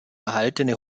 erhaltene